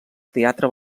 teatre